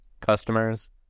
customers